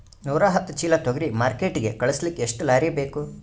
ನೂರಾಹತ್ತ ಚೀಲಾ ತೊಗರಿ ಮಾರ್ಕಿಟಿಗ ಕಳಸಲಿಕ್ಕಿ ಎಷ್ಟ ಲಾರಿ ಬೇಕು?